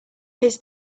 his